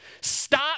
Stop